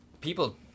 People